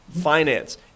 finance